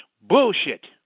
Bullshit